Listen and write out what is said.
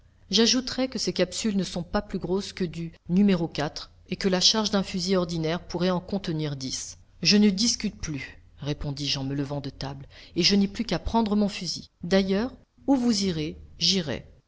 j'ajouterai que ces capsules ne sont pas plus grosses que du numéro quatre et que la charge d'un fusil ordinaire pourrait en contenir dix je ne discute plus répondis-je en me levant de table et je n'ai plus qu'à prendre mon fusil d'ailleurs où vous irez j'irai